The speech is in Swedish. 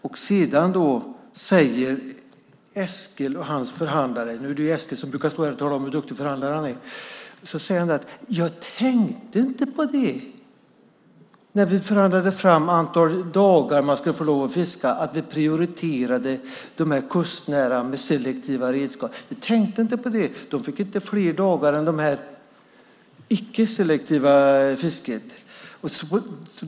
Och sedan säger Eskil och hans förhandlare - nu är det ju Eskil som brukar stå här och tala om hur duktig förhandlare han är - att man inte tänkte på det, när man förhandlade fram antalet dagar som man skulle få lov att fiska, att det prioriterade, det kustnära fisket med selektiva redskap, inte fick fler dagar än det icke selektiva fisket.